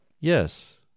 Yes